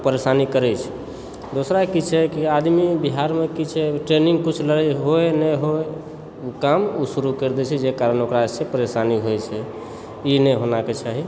परेशानी करय छै दोसरा की छै कि आदमी बिहारमे किछु ट्रेनिंग किछु होय नहि होय काम ओ शुरु करि देइ छै जे काम ओकरासे परेशानी होइत छै ई नहि होनाके चाही